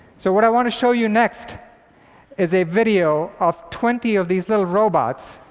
so what i want to show you next is a video of twenty of these little robots,